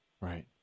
Right